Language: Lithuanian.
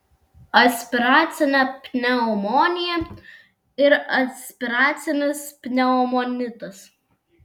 aspiracinė pneumonija ir aspiracinis pneumonitas